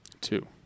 Two